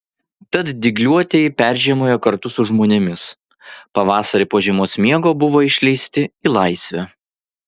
tad dygliuotieji peržiemojo kartu su žmonėmis pavasarį po žiemos miego buvo išleisti į laisvę